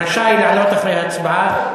רשאי לעלות אחרי הצבעה,